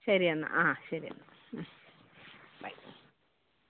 ആ ശരിയെന്നാൽ ആ ശരിയെന്നാൽ ഉം ബൈ